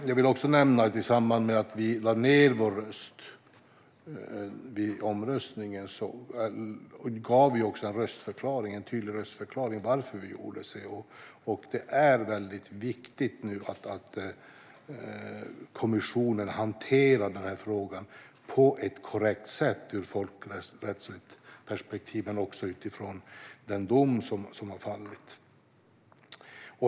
Jag vill också nämna att vi i samband med att vi lade ned vår röst vid omröstningen gav en tydlig röstförklaring angående varför vi gjorde så. Det är väldigt viktigt att kommissionen nu hanterar den här frågan på ett korrekt sätt ur ett folkrättsligt perspektiv men också utifrån den dom som har fallit.